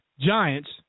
Giants